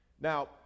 Now